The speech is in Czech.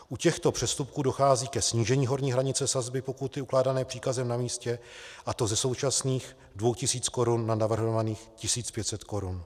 U těchto přestupků dochází ke snížení horní hranice sazby pokuty ukládané příkazem na místě, a to ze současných dvou tisíc korun na navrhovaných tisíc pět set korun.